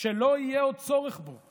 שלא יהיה עוד צורך בו,